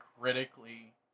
critically